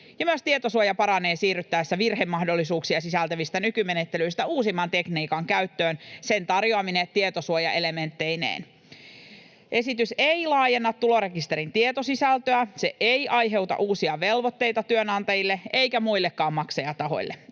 ja myös tietosuoja paranee siirryttäessä virhemahdollisuuksia sisältävistä nykymenettelyistä uusimman tekniikan käyttöön sen tarjoamine tietosuojaelementteineen. Esitys ei laajenna tulorekisterin tietosisältöä, se ei aiheuta uusia velvoitteita työnantajille eikä muillekaan maksajatahoille.